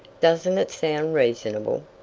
doesn't it sound reasonable?